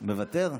מוותר?